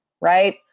right